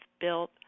built